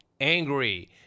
angry